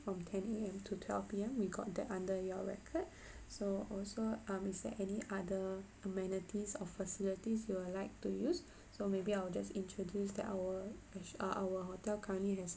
from ten A_M to twelve P_M we got that under your record so also um is there any other amenities or facilities you will like to use so maybe I will just introduce that our uh our hotel currently has